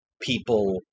people